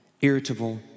Irritable